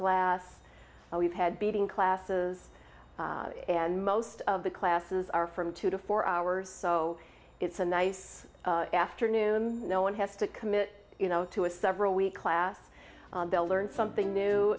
glass and we've had beading classes and most of the classes are from two to four hours so it's a nice afternoon no one has to commit to a several weeks class they'll learn something new